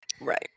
Right